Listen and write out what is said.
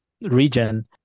Region